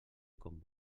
com